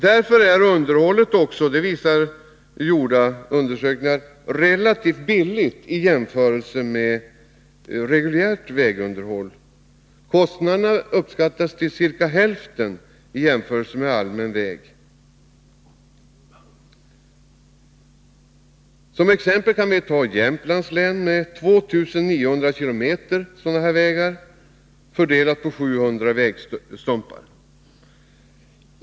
Därför är underhållet relativt billigt i jämförelse med reguljärt vägunderhåll. Det visar gjorda undersökningar. Kostnaderna uppskattas till ca hälften av kostnaderna för allmänna vägar. Såsom exempel kan jag ta Jämtlands län, som har 2 900 km enskilda vägar fördelade på 700 vägstumpar.